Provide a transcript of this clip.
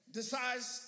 decides